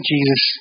Jesus